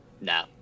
No